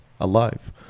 alive